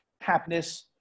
happiness